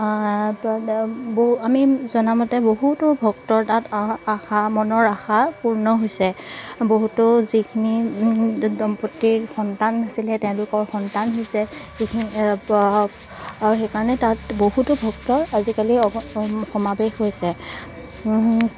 আমি জনামতে বহুতো ভক্তৰ তাত আ আশা মনৰ আশা পূৰ্ণ হৈছে বহুতো যিখিনি দম্পতীৰ সন্তান নাছিলে তেওঁলোকৰ সন্তান হৈছে আৰু সেইকাৰণে তাত বহুতো ভক্ত আজিকালি সমাৱেশ হৈছে